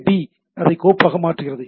D அதை கோப்பகமாக மாற்றுகிறது